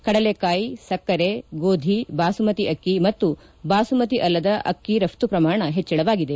ಕಡಲೇಕಾಯಿ ಸಕ್ಕರೆ ಗೋಧಿ ಬಾಸುಮತಿ ಅಕ್ಕೆ ಮತ್ತು ಬಾಸುಮತಿ ಅಲ್ಲದ ಅಕ್ಕೆ ರವ್ತು ಪ್ರಮಾಣ ಪಚ್ಚಳವಾಗಿದೆ